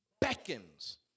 beckons